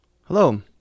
Hello